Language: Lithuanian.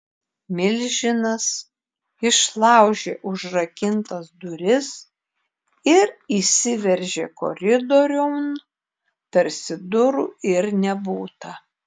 milžinas išlaužė užrakintas duris ir įsiveržė koridoriun tarsi durų ir nebūta